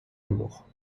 amour